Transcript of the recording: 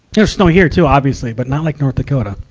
there's snow here, too, obviously. but not like north dakota.